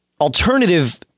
alternative